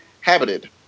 habited